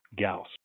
Gauss